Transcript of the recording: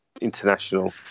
international